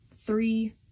three